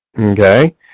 Okay